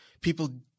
People